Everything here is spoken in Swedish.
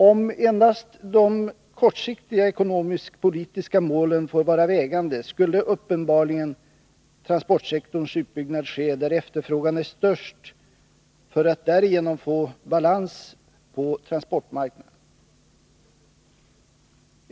Om endast de kortsiktiga ekonomisk-politiska målen får vara vägledande, skulle uppenbarligen transportsektorns utbyggnad ske där efterfrågan är störst, för att man därigenom skall få balans på transportmarknaden.